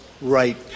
right